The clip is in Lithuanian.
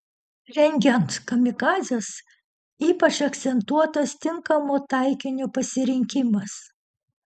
rengiant kamikadzes ypač akcentuotas tinkamo taikinio pasirinkimas